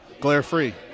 glare-free